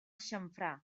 xamfrà